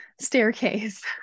staircase